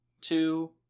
two